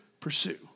pursue